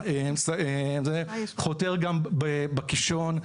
חותר גם בקישון.